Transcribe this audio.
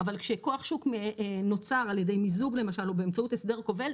אבל כשכוח שוק נוצר על ידי מיזוג למשל או באמצעות הסדר כובל,